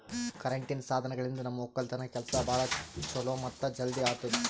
ಕರೆಂಟಿನ್ ಸಾಧನಗಳಿಂದ್ ನಮ್ ಒಕ್ಕಲತನ್ ಕೆಲಸಾ ಛಲೋ ಮತ್ತ ಜಲ್ದಿ ಆತುದಾ